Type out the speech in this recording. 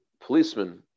policemen